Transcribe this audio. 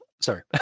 sorry